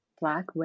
black